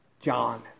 John